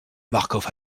marcof